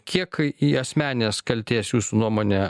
kiek į asmenės kaltės jūsų nuomone